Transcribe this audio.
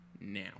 now